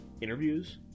interviews